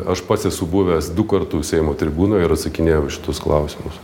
aš pats esu buvęs du kartus seimo tribūnoje ir atsakinėjau į šitus klausimus